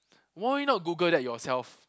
why not Google that yourself